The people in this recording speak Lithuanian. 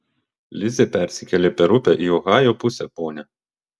lizė persikėlė per upę į ohajo pusę ponia